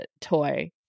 toy